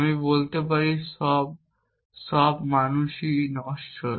আমি বলতে পারি সব সব মানুষেই নশ্বর